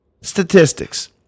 statistics